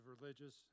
religious